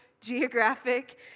geographic